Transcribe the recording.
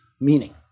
meaning